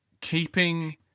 keeping